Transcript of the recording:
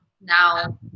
now